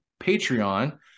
Patreon